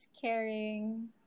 caring